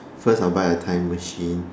first I'll buy a time machine